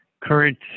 current